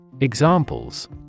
Examples